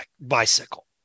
bicycle